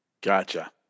Gotcha